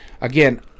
Again